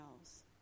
else